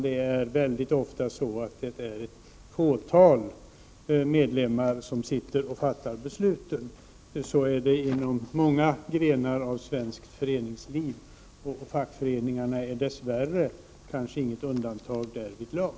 Det är väldigt ofta ett fåtal medlemmar som fattar besluten. Så är det inom många grenar av svenskt föreningsliv, och fackföreningarna är dess värre kanske inget undantag därvidlag.